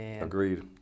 Agreed